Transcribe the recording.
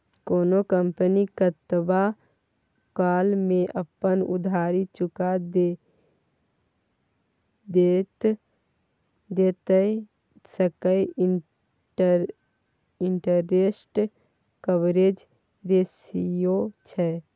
कोनो कंपनी कतबा काल मे अपन उधारी चुका देतेय सैह इंटरेस्ट कवरेज रेशियो छै